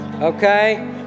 okay